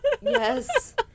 Yes